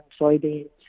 soybeans